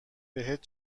بهت